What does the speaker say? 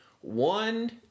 One